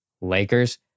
Lakers